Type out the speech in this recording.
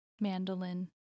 mandolin